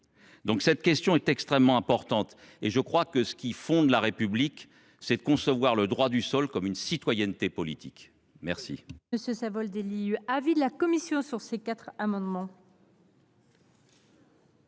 Cette question est extrêmement importante, et je crois que ce qui fonde la République, c’est de concevoir le droit du sol comme une citoyenneté politique. Très